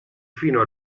fino